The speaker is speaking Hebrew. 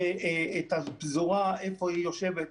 ואת הפזורה, איפה היא יושבת,